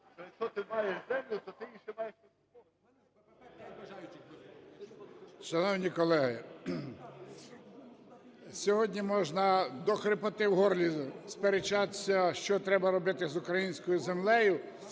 сьогодні можна до хрипоти у горлі сперечатися, що треба робити з українською землею.